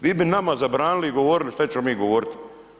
Vi bi nama zabranili i govorili šta ćemo mi govoriti.